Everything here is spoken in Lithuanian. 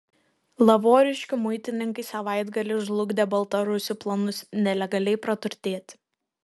lavoriškių muitininkai savaitgalį žlugdė baltarusių planus nelegaliai praturtėti